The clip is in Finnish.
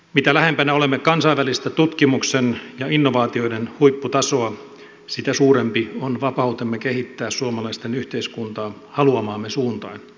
mitä lähempänä olemme kansainvälistä tutkimuksen ja innovaatioiden huipputasoa sitä suurempi on vapautemme kehittää suomalaisten yhteiskuntaa haluamaamme suuntaan